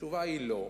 התשובה היא לא.